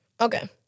Okay